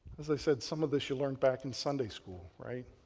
as i said, some of this you learned back in sunday school, right?